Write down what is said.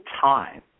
time